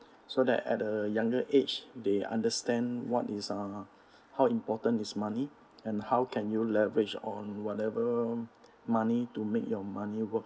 so that at a younger age they understand what is uh how important is money and how can you leverage on whatever money to make your money work